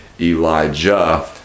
Elijah